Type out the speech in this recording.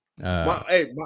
Hey